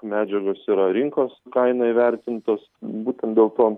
medžiagas yra rinkos kaina įvertintos būtent dėl to